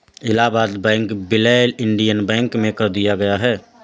Allahabad bank का विलय Indian bank में कर दिया गया है